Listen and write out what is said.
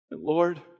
Lord